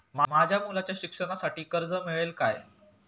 माझ्या मुलाच्या शिक्षणासाठी कर्ज मिळेल काय?